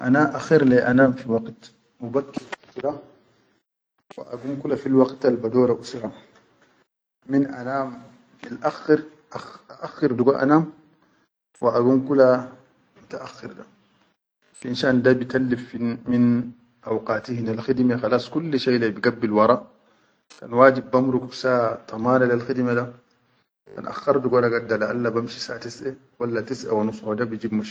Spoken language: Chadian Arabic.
Ana akhair leyi ba nam waqit mu bakki sutura wa angum waqtal ba daura usura min aakhir digo anam wa a gum kula min ta akhir da finshan da bitalif min awkati hinel khidimal kulli shai bi gabbil wara al wajib ba murul damane lel khidime da, akhar digo walla bamshi sa sitti wa tisʼae wa nus wa da bi jib.